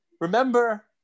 remember –